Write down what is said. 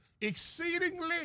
exceedingly